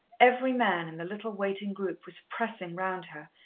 every man in the little waiting group was pressing round her,